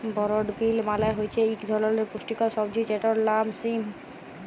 বরড বিল মালে হছে ইক ধরলের পুস্টিকর সবজি যেটর লাম সিম